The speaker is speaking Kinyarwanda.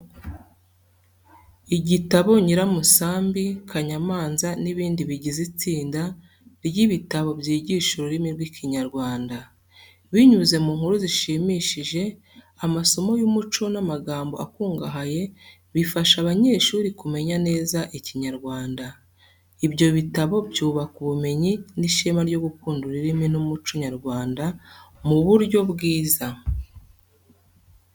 Igitabo Nyiramusambi, Kanyamanza n’ibindi bigize itsinda ry’ibitabo byigisha ururimi rw’Ikinyarwanda. Binyuze mu nkuru zishimishije, amasomo y’umuco n’amagambo akungahaye, bifasha abanyeshuri kumenya neza Ikinyarwanda. Ibyo bitabo byubaka ubumenyi n’ishema ryo gukunda ururimi n’umuco nyarwanda mu buryo bwiza.